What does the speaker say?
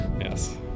yes